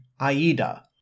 Aida